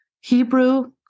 Hebrew